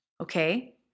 Okay